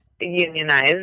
unionized